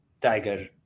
tiger